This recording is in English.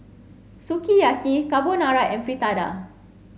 Sukiyaki Carbonara and Fritada